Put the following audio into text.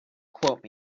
quote